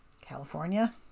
California